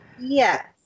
Yes